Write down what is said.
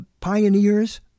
pioneers